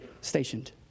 Stationed